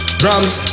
drums